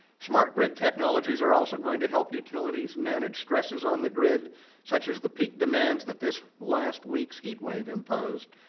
smart grid technologies are also going to help utilities manage stresses on the grid such as the peak demands that this last week's heat wave imposed,